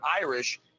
Irish